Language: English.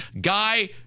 guy